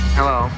Hello